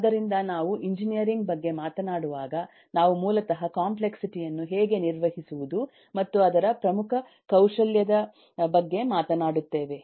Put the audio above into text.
ಆದ್ದರಿಂದ ನಾವು ಎಂಜಿನಿಯರಿಂಗ್ ಬಗ್ಗೆ ಮಾತನಾಡುವಾಗ ನಾವು ಮೂಲತಃ ಕಾಂಪ್ಲೆಕ್ಸಿಟಿ ಯನ್ನು ಹೇಗೆ ನಿರ್ವಹಿಸುವುದು ಮತ್ತು ಅದರ ಪ್ರಮುಖ ಕೌಶಲ್ಯದ ಬಗ್ಗೆ ಮಾತನಾಡುತ್ತೇವೆ